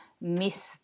miss